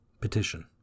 Petition